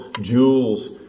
jewels